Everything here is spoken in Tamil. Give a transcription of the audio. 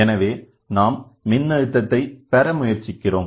எனவே நாம் மின்னழுத்தத்தை பெற முயற்சிக்கிறோம்